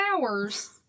hours